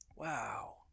Wow